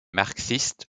marxistes